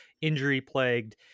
injury-plagued